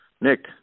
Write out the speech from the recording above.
Nick